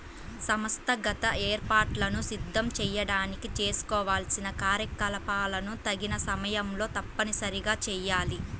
సంస్థాగత ఏర్పాట్లను సిద్ధం చేయడానికి చేసుకోవాల్సిన కార్యకలాపాలను తగిన సమయంలో తప్పనిసరిగా చేయాలి